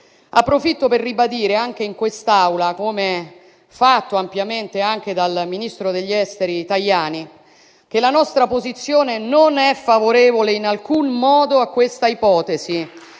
Approfitto per ribadire anche in quest'Aula, come fatto ampiamente anche dal ministro degli affari esteri Tajani, che la nostra posizione non è favorevole in alcun modo a questa ipotesi,